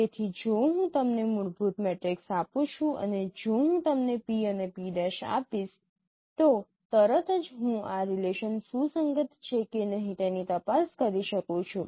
તેથી જો હું તમને મૂળભૂત મેટ્રિક્સ આપું છું અને જો હું તમને P અને P' આપીશ તો તરત જ હું આ રિલેસન સુસંગત છે કે નહીં તેની તપાસ કરી શકું છું